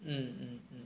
mm mm mm